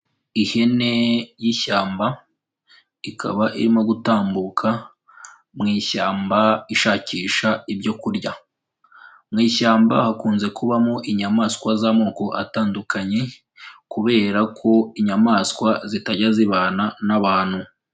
Ihene y'ishyamba ikaba irimo gutambuka mu ishyamba ishakisha ibyo kurya, mu ishyamba hakunze kubamo inyamaswa z'amoko atandukanye kubera ko inyamaswa zitajya zibana n'abantu.